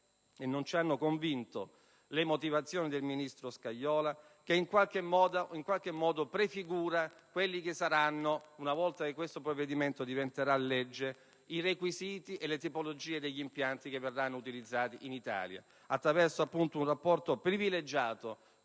non ci hanno convinto le motivazioni del ministro Scajola - che, in qualche modo, prefigura quelli che saranno, una volta che tale provvedimento diventerà legge, i requisiti e le tipologie degli impianti che verranno utilizzati in Italia, attraverso un rapporto privilegiato